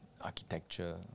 architecture